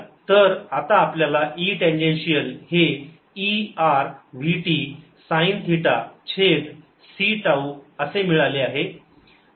ErEttan cτd dvtsin θ dvtsin ErEtcτvtsin EtErvtsin cτ तर आता आपल्याला E टँजेन्शिअल हे E r v t sine theta छेद c टाऊ असे मिळाले आहे